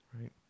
Right